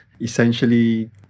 essentially